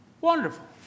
Wonderful